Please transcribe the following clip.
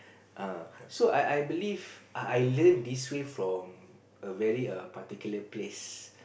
err so I I believe I I learn this way from a very err particular place